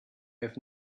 have